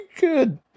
good